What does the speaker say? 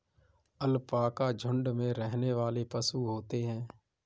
alpaca झुण्ड में रहने वाले पशु होते है